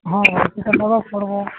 ହଁ ସେଟା ଦେବାକୁ ପଡ଼ିବ